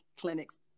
clinics